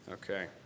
Okay